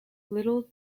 little